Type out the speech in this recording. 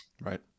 right